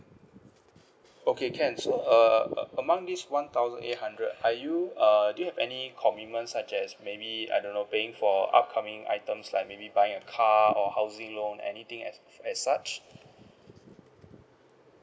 okay can so err a~ among this one thousand eight hundred are you err do you have any commitments such as maybe I don't know paying for upcoming items like maybe buying a car or housing loan anything as as such